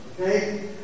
Okay